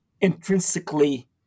intrinsically